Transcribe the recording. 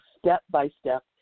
step-by-step